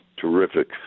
terrific